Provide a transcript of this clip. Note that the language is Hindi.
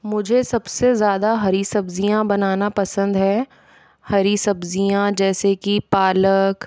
मुझे सबसे ज़्यादा हरी सब्ज़ियाँ बनाना पसंद है हरी सब्जियाँ जैसे कि पालक